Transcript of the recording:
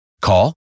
Call